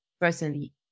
personally